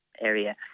area